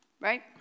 right